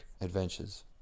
adventures